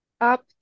up